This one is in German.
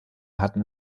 hatten